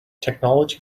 technology